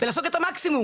ולעשות את המקסימום.